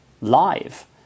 live